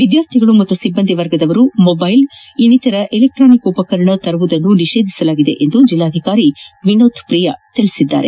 ವಿದ್ಲಾರ್ಥಿಗಳು ಮತ್ತು ಸಿಬ್ಬಂದಿ ವರ್ಗದವರು ಮೊಬ್ಬೆಲ್ ಇನ್ನಿತರೆ ಎಲೆಕ್ಸಾನಿಕ್ ಉಪಕರಣಗಳನ್ನು ತರುವುದನ್ನು ನಿಷೇಧಿಸಲಾಗಿದೆ ಎಂದು ಜಿಲ್ಲಾಧಿಕಾರಿ ವಿನೋತ್ ಪ್ರಿಯಾ ಅವರು ತಿಳಿಸಿದ್ದಾರೆ